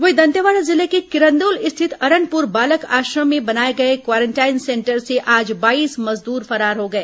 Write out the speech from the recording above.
वहीं दंतेवाड़ा जिले के किरदुल स्थित अरनपुर बालक आश्रम में बनाए गए क्वारेंटाइन सेंटर से आज बाईस मजदूर फरार हो गए